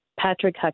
Patrick